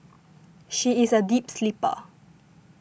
she is a deep sleeper